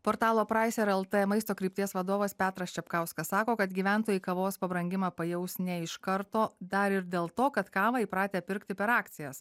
portalo praiser lt maisto krypties vadovas petras čepkauskas sako kad gyventojai kavos pabrangimą pajaus ne iš karto dar ir dėl to kad kavą įpratę pirkti per akcijas